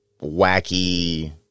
wacky